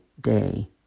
day